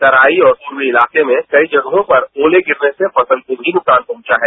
तराई और खुले इलाकों में कई जगहों पर ओले गिरने से फसल को भी नुकसान पहुंचा है